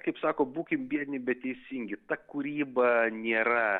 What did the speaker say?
kaip sako būkim biedni bet teisingi ta kūryba nėra